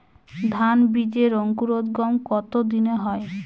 ধান বীজের অঙ্কুরোদগম কত দিনে হয়?